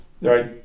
right